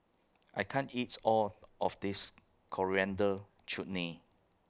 I can't eats All of This Coriander Chutney